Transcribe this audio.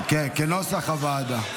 כנוסח הוועדה,